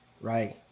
Right